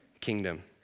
kingdom